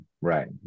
Right